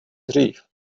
dřív